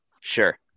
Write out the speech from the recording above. Sure